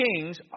kings